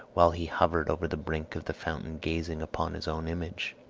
while he hovered over the brink of the fountain gazing upon his own image.